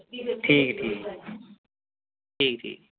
ठीक ठीक ठीक ठीक